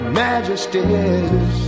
majesties